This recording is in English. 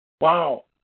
Wow